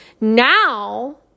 Now